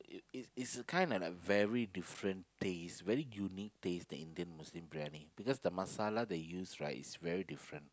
it it its kind of a very different taste very unique taste the Indian Muslim briyani because the masala they use right is very different